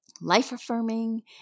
life-affirming